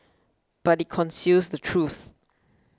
but it conceals the truth